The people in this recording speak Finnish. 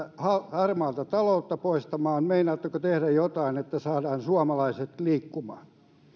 harmaata taloutta poistamaan meinaatteko tehdä jotain että saadaan suomalaiset liikkumaan